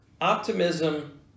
Optimism